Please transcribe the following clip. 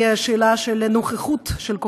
ואני קראתי היטב את מה שפורסם,